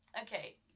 Okay